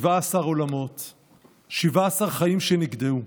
17 עולמות, 17 חיים שנגדעו.